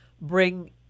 bring